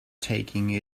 taking